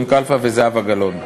זבולון כלפה וזהבה גלאון.